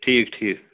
ٹھیٖک ٹھیٖک